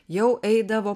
jau eidavo